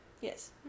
Yes